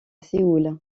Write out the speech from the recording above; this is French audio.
séoul